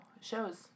Shows